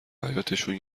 حیاطشون